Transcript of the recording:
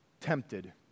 tempted